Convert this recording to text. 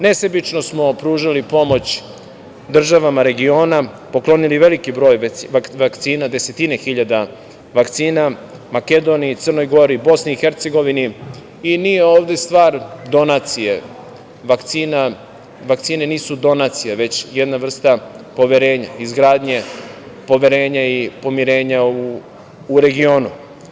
Nesebično smo pružali pomoć državama regiona, poklonili veliki broj vakcina, desetina hiljada vakcina, Makedoniji, Crnoj Gori, BiH i nije ovde stvar donacije vakcina, vakcine nisu donacija, već jedna vrsta poverenja, izgradnje, poverenje i pomirenja u regionu.